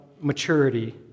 maturity